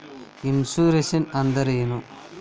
Insurance ಅಂದ್ರ ಏನು?